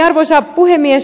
arvoisa puhemies